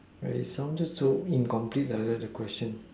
wait it sounded so incomplete like that the question